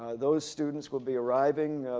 those students will be arriving